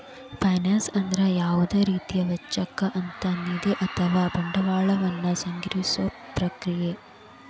finance ಅಂದ್ರ ಯಾವುದ ರೇತಿ ವೆಚ್ಚಕ್ಕ ಅಂತ್ ನಿಧಿ ಅಥವಾ ಬಂಡವಾಳ ವನ್ನ ಸಂಗ್ರಹಿಸೊ ಪ್ರಕ್ರಿಯೆ